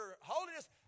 holiness